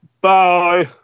Bye